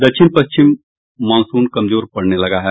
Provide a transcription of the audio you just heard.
दक्षिण पश्चिम मॉनसून कमजोर पड़ने लगा है